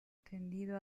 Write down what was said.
tendido